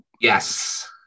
Yes